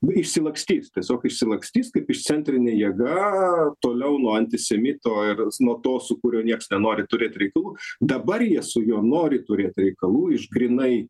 nu išsilakstys tiesiog išsilakstys kaip išcentrinė jėga toliau nuo antisemito ir nuo to su kuriuo nieks nenori turėt reikalų dabar jie su juo nori turėt reikalų iš grynai